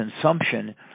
consumption